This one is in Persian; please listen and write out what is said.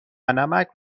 نمک